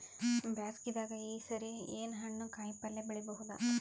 ಬ್ಯಾಸಗಿ ದಾಗ ಈ ಸರಿ ಏನ್ ಹಣ್ಣು, ಕಾಯಿ ಪಲ್ಯ ಬೆಳಿ ಬಹುದ?